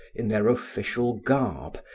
in their official garb,